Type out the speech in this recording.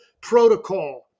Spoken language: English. protocol